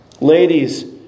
Ladies